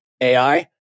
AI